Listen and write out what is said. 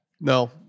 No